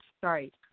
Sorry